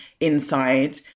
inside